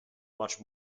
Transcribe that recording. much